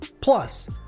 Plus